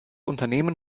unternehmen